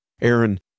Aaron